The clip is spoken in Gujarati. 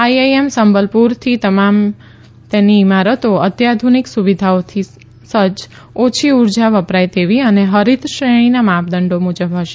આઇઆઇએમ સંબલપુરથી તમામ ઇમારતો અત્યાધુનિક સુવિધાઓથી સજજ ઓછી ઉર્જા વપરાય તેવી અને હરિત શ્રેણીના માપદંડો મુજબ ફશે